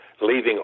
leaving